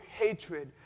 hatred